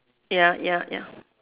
ya ya ya